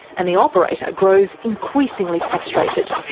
and the operator grows increasingly frustrated.